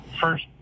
First